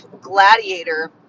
Gladiator